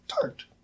tart